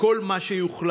וכל מה שיוחלט.